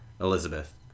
Elizabeth